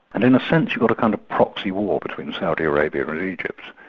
and in a sense you got a kind of proxy war between saudi arabia and egypt,